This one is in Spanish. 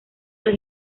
del